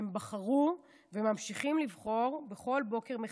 הם בחרו וממשיכים לבחור בכל בוקר מחדש.